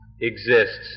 exists